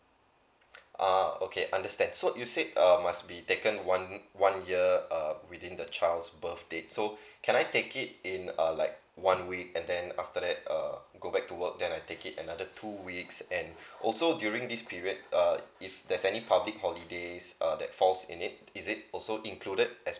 ah okay understand so you said err must be taken one one year uh within the child's birthdate so can I take it in a like one week and then after that uh go back to work then I take it another two weeks and also during this period uh if there's any public holidays uh that falls in it is it also included